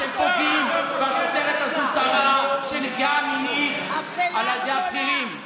אתם פוגעים בשוטרת הזוטרה שנפגעה מינית על ידי הבכירים.